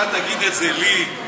אתה תגיד את זה לי,